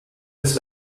ist